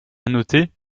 noté